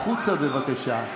החוצה, בבקשה.